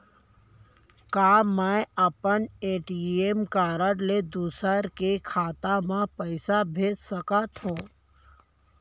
का मैं अपन ए.टी.एम कारड ले दूसर के खाता म पइसा भेज सकथव?